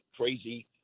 crazy